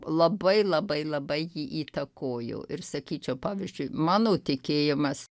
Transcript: labai labai labai jį įtakojo ir sakyčiau pavyzdžiui mano tikėjimas